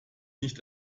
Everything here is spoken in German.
nicht